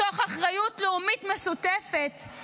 מתוך אחריות לאומית משותפת.